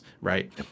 right